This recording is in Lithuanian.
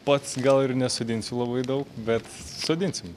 pats gal ir nesodinsiu labai daug bet sodinsim